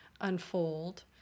unfold